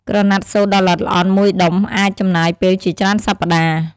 ក្រណាត់សូត្រដ៏ល្អិតល្អន់មួយដុំអាចចំណាយពេលជាច្រើនសប្តាហ៍ ។